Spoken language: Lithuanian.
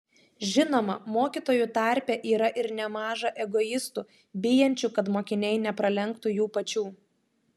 žinoma mokytojų tarpe yra ir nemaža egoistų bijančių kad mokiniai nepralenktų jų pačių